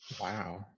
Wow